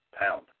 pound